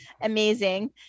amazing